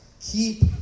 keep